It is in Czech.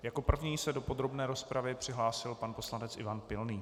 Jako první se do podrobné rozpravy přihlásil pan poslanec Ivan Pilný.